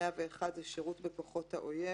סעיף 101 "שירות בכוחות האויב"